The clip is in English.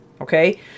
okay